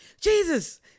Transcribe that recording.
Jesus